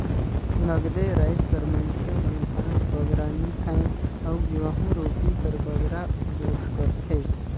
नगदे राएज कर मइनसे मन भात बगरा नी खाएं अउ गहूँ रोटी कर बगरा उपियोग करथे